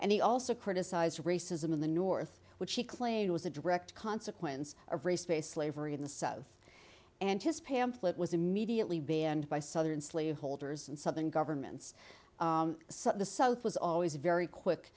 and he also criticized racism in the north which he claimed was a direct consequence of race based slavery in the south and to spam flip was immediately banned by southern slaveholders and southern governments the south was always very quick